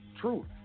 truth